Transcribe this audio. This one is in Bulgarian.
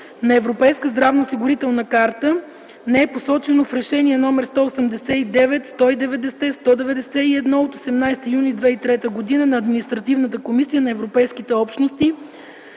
на Европейска здравноосигурителна карта не е посочено в решения № 189, 190 и 191 от 18 юни 2003 г. на Административната комисия на Европейските общности